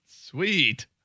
Sweet